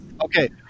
Okay